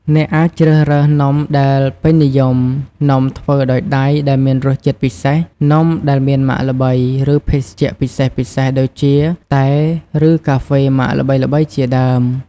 អ្នកអាចជ្រើសរើសនំដែលពេញនិយម នំធ្វើដោយដៃដែលមានរសជាតិពិសេស នំដែលមានម៉ាកល្បី ឬភេសជ្ជៈពិសេសៗដូចជា តែ ឬកាហ្វេម៉ាកល្បីៗជាដើម។